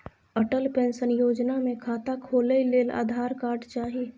Atal pension Yojana मे खाता खोलय लेल आधार कार्ड चाही